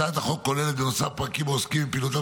הצעת החוק כוללת בנוסף פרקים העוסקים בפעילותם